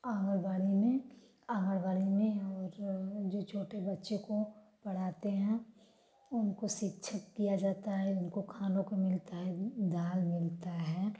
आँगनवाड़ी में आँगनवाड़ी में और जो छोटे बच्चे को पढ़ाते हैं उनको शिक्षित किया जाता है उनको खाने को मिलता है दाल मिलता है